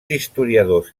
historiadors